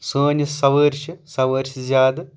سٲنۍ یہِ سوٲری سوٲرۍ چھِ زیادٕ